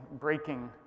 breaking